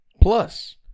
Plus